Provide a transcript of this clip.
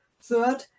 Third